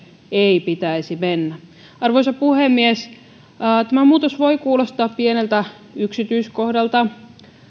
ei pitäisi mennä arvoisa puhemies tämä muutos voi kuulostaa pieneltä yksityiskohdalta